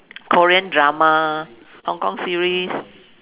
Korean drama Hong-Kong series